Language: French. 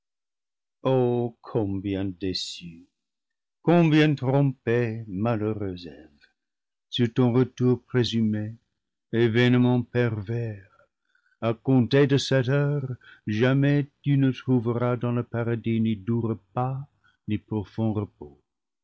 combien déçue combien trompée malheureuse eve sur ton retour présumé événement pervers à compter de cette heure jamais tu ne trouveras dans le paradis ni doux repas ni profond repos